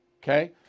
okay